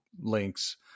links